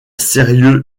sérieux